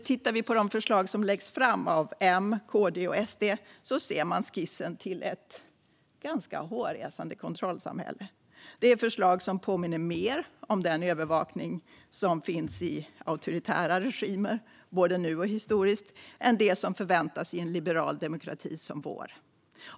Tittar vi på de förslag som läggs fram av M, KD och SD ser vi nämligen skissen till ett ganska hårresande kontrollsamhälle. Det är förslag som påminner mer om den övervakning som finns i auktoritära regimer, både nu och historiskt, än vad som förväntas i en liberal demokrati som vår.